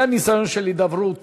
היה ניסיון של הידברות